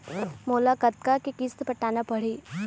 मोला कतका के किस्त पटाना पड़ही?